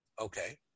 Okay